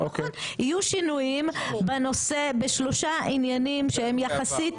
יהיו שינויים בשלושה עניינים שהם יחסית